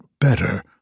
better